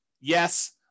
Yes